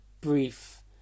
brief